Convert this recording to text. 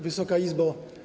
Wysoka Izbo!